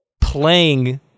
playing